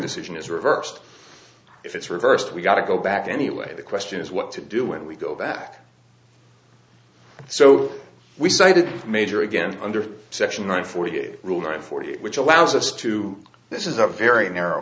decision is reversed if it's reversed we've got to go back anyway the question is what to do when we go back so we cited major again under section one forty eight rule nine forty eight which allows us to this is a very narrow